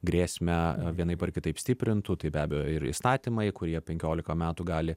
grėsmę vienaip ar kitaip stiprintų tai be abejo ir įstatymai kurie penkiolika metų gali